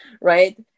right